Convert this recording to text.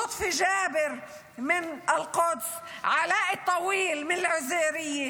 לוטפי ג'אבר מאל-קודס; עלאא אלטוויל מעיזריה,